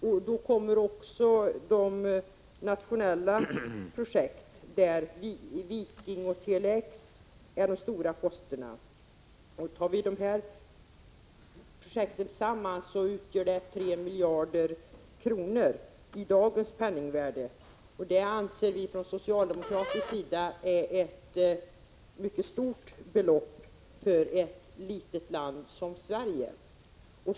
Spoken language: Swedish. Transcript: Därtill kommer de nationella projekten, där Viking och Tele-X är de stora posterna. Sammanlagt har för dessa projekt satsats 3 miljarder kronor i dagens penningvärde. Det anser vi från socialdemokratisk sida vara ett mycket stort belopp för ett litet land som Sverige.